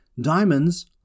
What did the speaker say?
diamonds